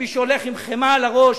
ומי שהולך עם חמאה על הראש,